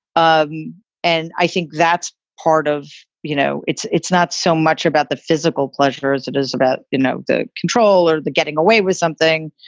um and i think that's part of you know, it's it's not so much about the physical pleasure as it is about, you know, the control or the getting away with something.